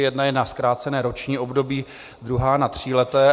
Jedna je na zkrácené roční období, druhá na tříleté.